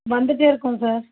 வந்துகிட்டே இருக்கோம் சார்